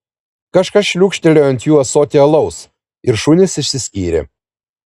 kažkas šliūkštelėjo ant jų ąsotį alaus ir šunys išsiskyrė